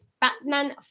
Batman